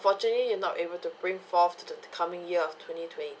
unfortunately you're not able to bring forth to the coming year of twenty twenty